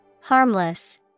Harmless